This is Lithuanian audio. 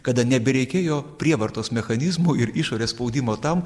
kada nebereikėjo prievartos mechanizmų ir išorės spaudimo tam